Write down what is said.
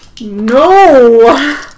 No